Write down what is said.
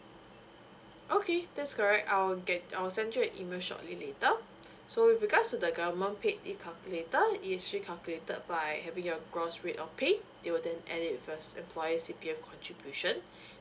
okay that's correct I'll get I'll send you an email shortly later so with regards to the government paid leave calculator it actually calculated by having your gross rate of pay it will then add it with employer C_P_F contribution